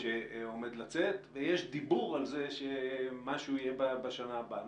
שעומד לצאת ויש דיבור על כך שמשהו יהיה בשנה הבאה.